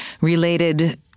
related